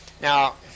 Now